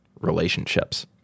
relationships